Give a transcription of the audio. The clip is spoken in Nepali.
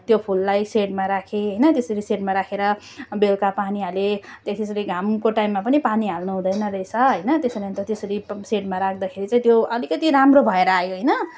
त्यो फुललाई सेडमा राखेँ होइन त्यसरी सेडमा राखेर बेलुका पानी हालेँ त्यसरी घामको टाइममा पनि पानी हाल्नु हुँदैन रहेछ होइन त्यसो त्यसरी सेडमा राख्दाखेरि चाहिँ त्यो अलिकति राम्रो भएर आयो होइन